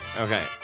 Okay